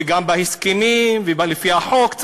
וגם בהסכמים ולפי החוק,